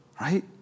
right